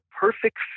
perfect